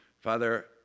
Father